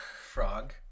Frog